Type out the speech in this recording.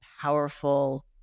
powerful